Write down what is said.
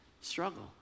Struggle